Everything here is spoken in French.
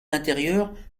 l’intérieur